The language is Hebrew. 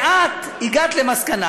ואת הגעת למסקנה,